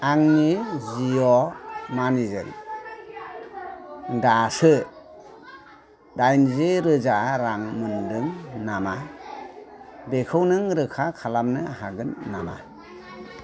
आंनि जिअ मानिजों दासो दाइनजि रोजा रां मोनदों नामा बेखौ नों रोखा खालामनो हागोन नामा